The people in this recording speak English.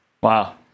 Wow